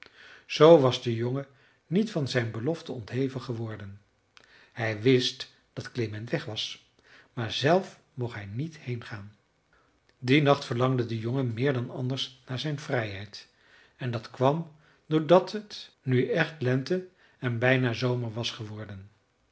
zoo was de jongen niet van zijn belofte ontheven geworden hij wist dat klement weg was maar zelf mocht hij niet heengaan dien nacht verlangde de jongen meer dan anders naar zijn vrijheid en dat kwam doordat het nu echt lente en bijna zomer was geworden